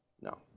no